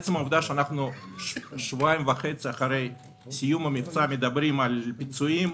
העובדה ששבועיים וחצי אחרי סיום המבצע אנחנו מדברים על פיצויים,